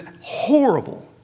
horrible